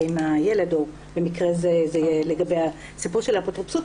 עם הילד במקרה הזה לגבי הסיפור של האפוטרופסות,